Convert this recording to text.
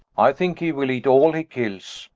i thinke he will eate all he kills